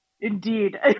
Indeed